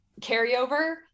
carryover